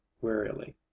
wearily